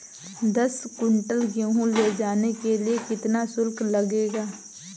दस कुंटल गेहूँ ले जाने के लिए कितना शुल्क लगेगा?